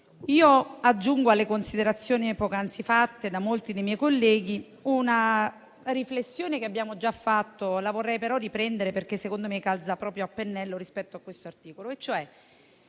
Io aggiungo alle considerazioni poc'anzi rese da molti dei miei colleghi una riflessione che abbiamo già fatto, però la vorrei riprendere perché secondo me calza proprio a pennello rispetto a questo articolo. Stiamo